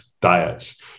diets